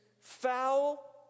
foul